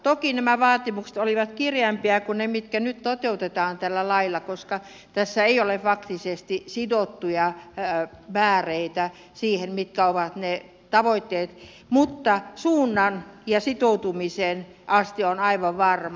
toki nämä vaatimukset olivat kireämpiä kuin ne mitkä nyt toteutetaan tällä lailla koska tässä ei ole faktisesti sidottuja määreitä siitä mitkä ovat ne tavoitteet mutta suunnan ja sitoutumisen aste on aivan varma